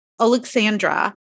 Alexandra